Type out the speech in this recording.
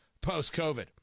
post-COVID